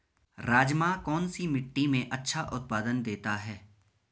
राजमा कौन सी मिट्टी में अच्छा उत्पादन देता है?